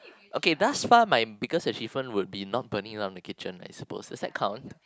okay thus far my biggest achievement would be not burning down the kitchen I suppose does that count